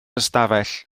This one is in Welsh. ystafell